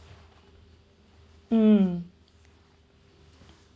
mm